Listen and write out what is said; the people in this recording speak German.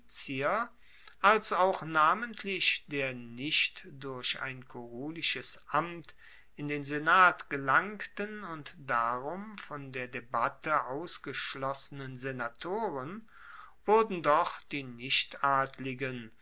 als auch namentlich der nicht durch ein kurulisches amt in den senat gelangten und darum von der debatte ausgeschlossenen senatoren wurden doch die